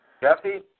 Jeffy